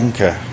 Okay